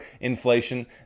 inflation